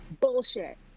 Bullshit